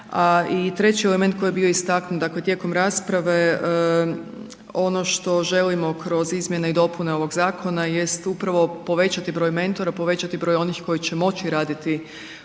i treći element koji je bio istaknut, dakle tijekom rasprave, ono što želimo kroz izmjene i dopune ovoga zakona jest upravo povećati broj mentora, povećati broj onih koji će moći raditi u toj